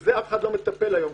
בזה אף אחד לא מטפל היום.